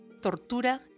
Tortura